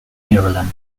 maryland